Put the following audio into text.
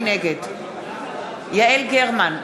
נגד יעל גרמן,